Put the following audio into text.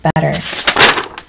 better